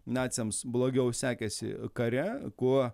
naciams blogiau sekėsi kare kuo